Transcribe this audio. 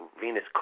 Venus